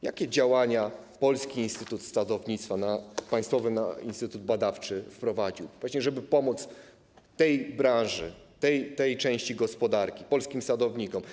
Jakie działania polski instytut sadownictwa - państwowy instytut badawczy wprowadził, żeby właśnie pomóc tej branży, tej części gospodarki, polskim sadownikom?